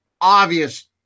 obvious